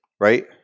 Right